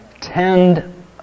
Tend